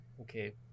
Okay